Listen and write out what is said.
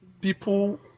people